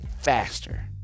faster